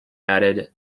added